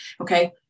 Okay